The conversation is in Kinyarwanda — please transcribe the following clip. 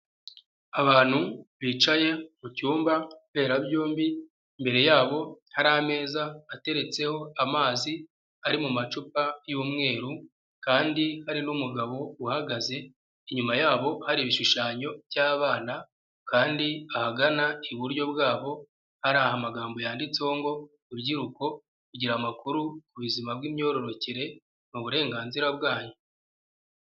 Abantu bicaye mu cyumba mberabyombi, imbere yabo hari ameza ateretseho amazi ari mu macupa y'umweru kandi hari n'umugabo uhagaze, inyuma yabo hari ibishushanyo by'abana, kandi ahagana iburyo bwabo hari amagambo yanditseho ngo urubyiruko kugira amakuru ku buzima bw'imyororokere ni uburenganzira bwanyu.